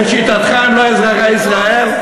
לשיטתך הם לא אזרחי ישראל?